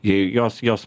jei jos jos